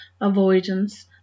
avoidance